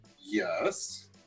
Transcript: Yes